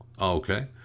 okay